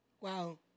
Wow